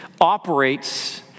operates